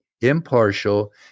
impartial